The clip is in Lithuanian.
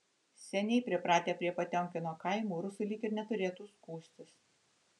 seniai pripratę prie potiomkino kaimų rusai lyg ir neturėtų skųstis